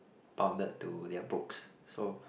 bounded to their books so